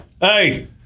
Hey